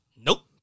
Nope